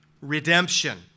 redemption